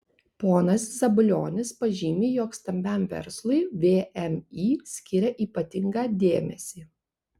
ponas zabulionis pažymi jog stambiam verslui vmi skiria ypatingą dėmesį